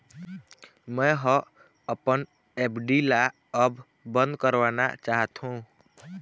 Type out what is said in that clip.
मै ह अपन एफ.डी ला अब बंद करवाना चाहथों